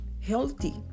healthy